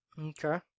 okay